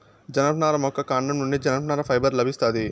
జనపనార మొక్క కాండం నుండి జనపనార ఫైబర్ లభిస్తాది